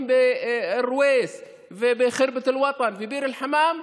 אלרויס ובח'רבת אל-וטן וביר אל-חמאם,